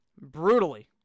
brutally